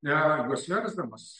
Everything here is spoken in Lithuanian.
neradus versdamas